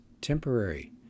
temporary